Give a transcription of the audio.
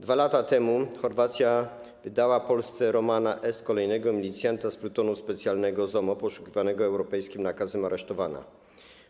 2 lata temu Chorwacja wydała Polsce Romana S., kolejnego milicjanta z plutonu specjalnego ZOMO poszukiwanego europejskim nakazem aresztowania.